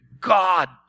God